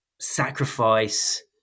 sacrifice